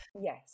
Yes